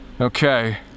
Okay